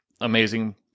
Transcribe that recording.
amazing